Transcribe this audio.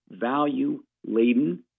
value-laden